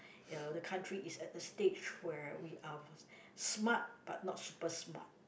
ya the country is at a stage where we are smart but not super smart